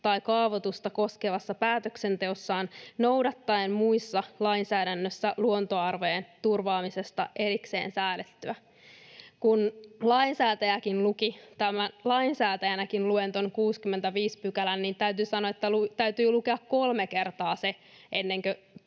tai kaavoitusta koskevassa päätöksenteossaan noudattaen muussa lainsäädännössä luontoarvojen turvaamisesta erikseen säädettyä.” Kun lainsäätäjänäkin luen tuon 65 §:n, niin täytyy sanoa, että täytyi lukea kolme kertaa se, ennen kuin